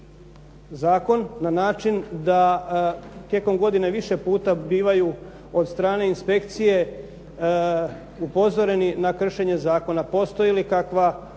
zakon na način da tijekom godine više puta bivaju od strane inspekcije upozoreni na kršenje zakona? postoji li kakva